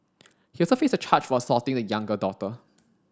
he also faced a charge for assaulting the younger daughter